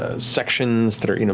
ah sections that are, you know,